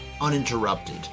uninterrupted